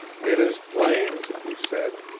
it is plain, he said,